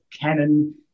canon